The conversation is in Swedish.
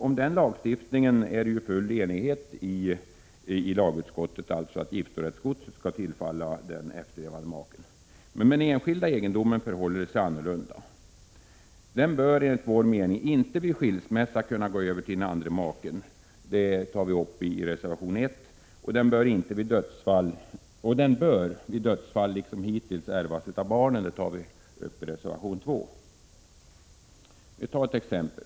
Om denna lagstiftning — innebärande att giftorättsgodset skall tillfalla den efterlevande maken — råder det full enighet i lagutskottet. Beträffande enskild egendom förhåller det sig emellertid annorlunda. Den bör enligt vår mening vid skilsmässa inte kunna gå över till den andra maken. Det tar vi uppi reservation 1. Och den bör vid dödsfall liksom hittills ärvas av barnen. Det tar vi upp i reservation 2. Låt mig ta ett exempel.